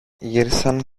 γύρισαν